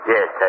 Yes